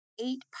eight